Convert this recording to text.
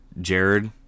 Jared